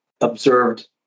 observed